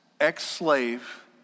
ex-slave